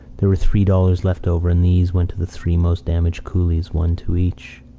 there were three dollars left over, and these went to the three most damaged coolies, one to each.